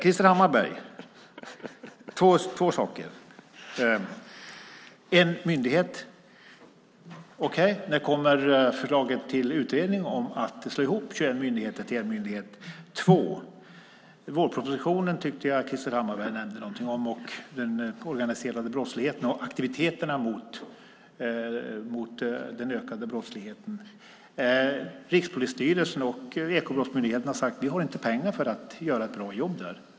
Jag har två frågor. För det första: En myndighet talades det om. Okej. När kommer förslaget till utredning om att slå ihop 21 myndigheter till en? För det andra: Jag tyckte att Krister Hammarbergh nämnde något om vårpropositionen och den organiserade brottsligheten samt aktiviteterna mot den ökade brottsligheten. Rikspolisstyrelsen och Ekobrottsmyndigheten har sagt att de inte har pengar för att kunna göra ett bra jobb på det området.